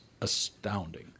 astounding